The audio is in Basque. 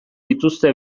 dituzte